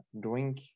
drink